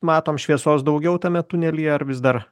matome šviesos daugiau tame tunelyje ar vis dar